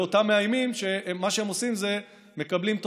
לאותם מאיימים שמה שהם עושים זה שמקבלים